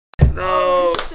No